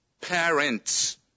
parents